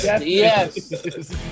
Yes